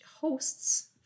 hosts